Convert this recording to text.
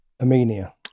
Armenia